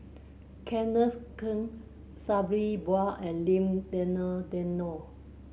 Kenneth Keng Sabri Buang and Lim Denan Denon